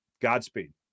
Godspeed